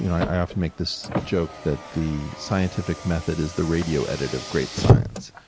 you know i often make this joke that the scientific method is the radio edit of great science.